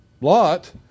Lot